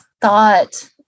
thought